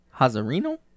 Hazarino